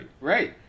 Right